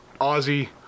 Ozzy